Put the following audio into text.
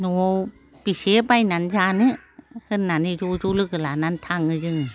न'आव बेसे बायनानै जानो होननानै ज' ज' लोगो लानानै थाङो जोङो